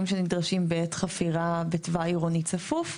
שנדרשים בעת חפירה בתוואי עירוני צפוף.